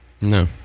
No